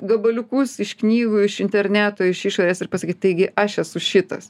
gabaliukus iš knygų iš interneto iš išorės ir pasakyt taigi aš esu šitas